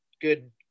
good